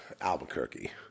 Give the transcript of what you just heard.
Albuquerque